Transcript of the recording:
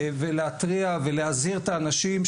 להתריע ולהזהיר את האנשים,